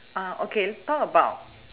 okay talk about